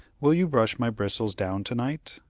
will you brush my bristles down to-night?